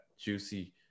juicy